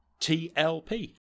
TLP